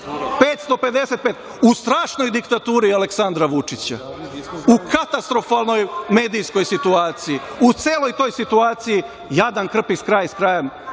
555 u strašnoj diktaturi Aleksandra Vučića, u katastrofalnoj medijskoj situaciji. U celoj to j situaciji jadan krpi kraj sa krajem,